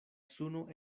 suno